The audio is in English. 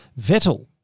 Vettel